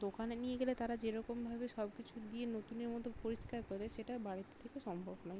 দোকানে নিয়ে গেলে তারা যেরকমভাবে সব কিছু দিয়ে নতুনের মতো পরিষ্কার করে দেয় সেটা বাড়ির থেকে সম্ভব নয়